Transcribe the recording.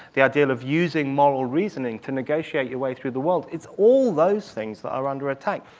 the ideal of using moral reasoning to negotiate your way through the world. it's all those things that are under attack.